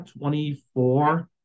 24